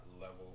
level